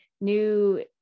new